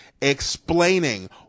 explaining